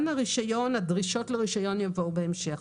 דרישות הרישיון יבואו בהמשך.